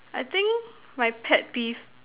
I think my pet peeve